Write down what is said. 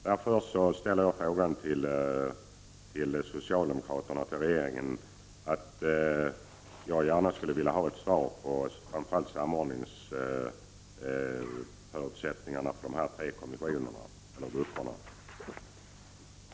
Därför vänder jag mig till socialdemokraterna och regeringen, för jag skulle gärna vilja veta vilka samordningsförutsättningar dessa tre grupper har.